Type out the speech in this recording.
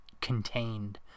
contained